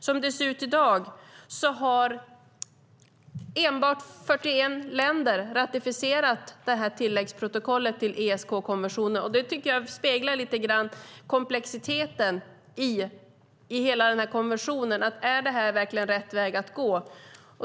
Som det ser ut i dag har endast 41 länder ratificerat tilläggsprotokollet till ESK-konventionen, vilket jag tycker lite grann speglar komplexiteten i konventionen, om det verkligen är rätt väg att gå.